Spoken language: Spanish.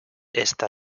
esta